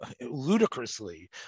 ludicrously